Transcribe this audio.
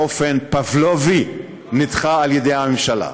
באופן פבלובי נדחה על ידי הממשלה,